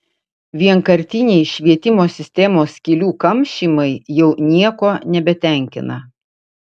vienkartiniai švietimo sistemos skylių kamšymai jau nieko nebetenkina